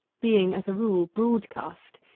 being, as a rule, broadcast,